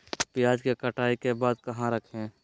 प्याज के कटाई के बाद कहा रखें?